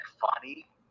funny